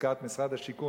הזכרת את משרד השיכון,